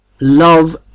love